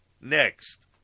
next